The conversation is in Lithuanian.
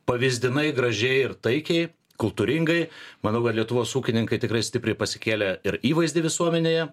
pavyzdinai gražiai ir taikiai kultūringai manau kad lietuvos ūkininkai tikrai stipriai pasikėlė ir įvaizdį visuomenėje